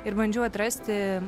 ir bandžiau atrasti